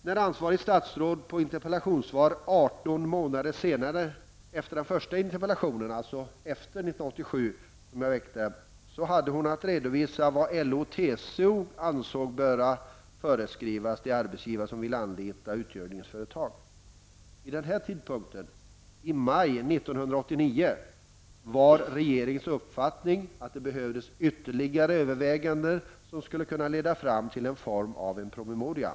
När ansvarigt statsråd, 18 månader efter min förra interpellation, svarade på en interpellation redovisade hon vad LO och TCO ansåg att man borde föreskriva de arbetsgivare som vill anlita uthyrningsföretag. Vid denna tidpunkt, i maj 1989, var regeringens uppfattning den att det behövdes ytterligare överväganden. De skulle kunna leda fram till en form av promemoria.